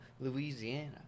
Louisiana